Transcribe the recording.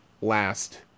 last